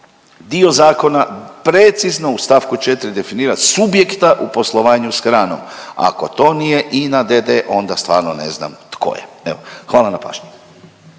dio zakona precizno u stavku 4. definira subjekta u poslovanju sa hranom. Ako to nije INA d.d. onda stvarno ne znam tko je. Evo hvala na pažnji.